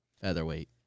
Featherweight